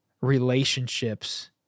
relationships